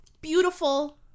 Beautiful